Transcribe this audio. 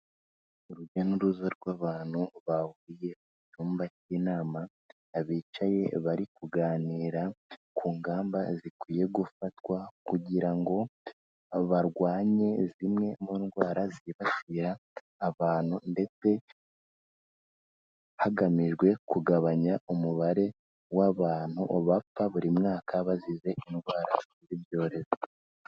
Urujya n'uruza rw'abantu bahuriye mu cyumba cy'inama, bicaye bari kuganira ku ngamba zikwiye gufatwa kugira ngo barwanye zimwe mu ndwara zibasira abantu ndetse hagamijwe kugabanya umubare w'abantu bapfa buri mwaka bazize indwara z'ibyorezo.